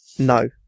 No